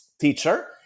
teacher